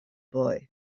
boy